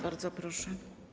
Bardzo proszę.